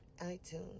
iTunes